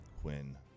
Quinn